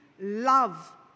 love